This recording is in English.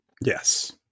Yes